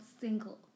single